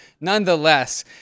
nonetheless